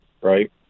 right